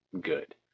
good